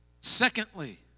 Secondly